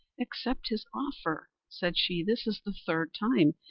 accept his offer, said she. this is the third time,